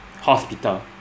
Hospital